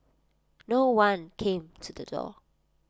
no one came to the door